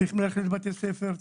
צריכים ללכת לבתי הספר,